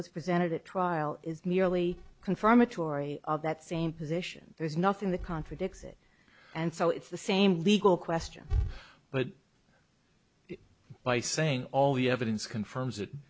was presented at trial is merely confirmatory of that same position there's nothing that contradicts it and so it's the same legal question but by saying all the evidence confirms